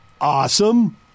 Awesome